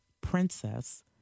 princess